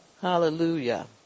Hallelujah